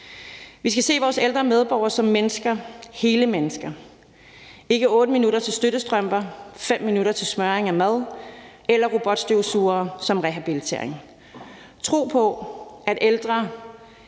Vi skal se vores ældre medborgere som mennesker, hele mennesker, og ikke som 8 minutter til støttestrømper, 5 minutter til smøring af mad eller robotstøvsugere som rehabilitering, og vi skal